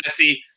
Messi